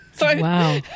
Wow